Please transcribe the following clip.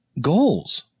goals